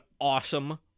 awesome